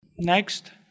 Next